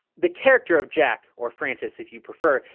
the character of jack, or francis if you prefer,